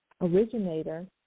originator